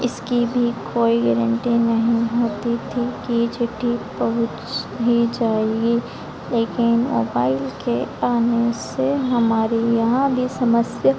इसकी भी कोई गरेंटी नहीं होती थी कि ये चिट्ठी पहुँच ही जाएगी लेकिन मोबाइल के आने से हमारी यहाँ भी समस्या